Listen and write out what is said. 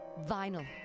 vinyl